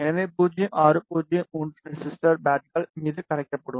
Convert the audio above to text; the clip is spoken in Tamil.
எனவே 0603 ரெசிஸ்டர் பேட்கள் மீது கரைக்கப்படும்